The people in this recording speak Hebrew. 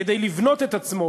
כדי לבנות את עצמו,